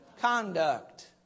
conduct